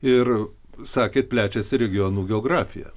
ir sakėt plečiasi regionų geografija